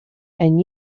and